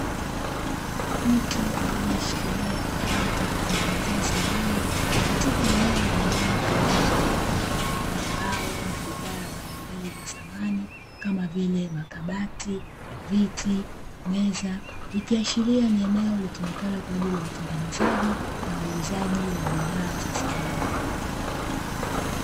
Mtu aliyeshikilia kifaa cha kutengeneza samani katika eneo la ndani lililozungukwa na mbao na bidhaa mbalimbali za samani kama vile makabati, viti, meza likiashiria ni eneo litumikalo kwa ajili ya utengenezaji na uuzaji wa bidhaa za samani.